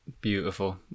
Beautiful